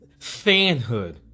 fanhood